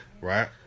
Right